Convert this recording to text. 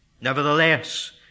Nevertheless